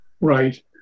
Right